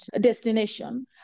destination